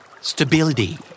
Stability